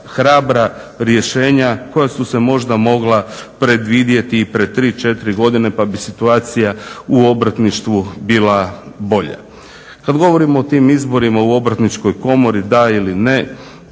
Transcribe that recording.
hrabra rješenja koja su se mogla predvidjeti i pred tri, četiri godine, pa bi situacija u obrtništvu bila bolja. Kad govorimo o tim izborima u Obrtničkoj komori da ili ne,